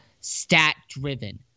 stat-driven